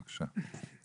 בבקשה.